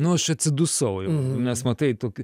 nu aš atsidusau jau nes matai tu